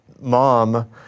mom